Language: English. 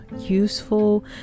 useful